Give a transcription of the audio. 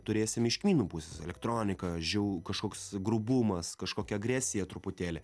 turėsim iš kmynų pusės elektronika žiau kažkoks grubumas kažkokia agresija truputėlį